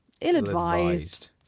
Ill-advised